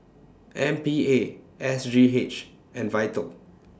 M P A S G H and Vital